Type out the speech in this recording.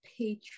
Patreon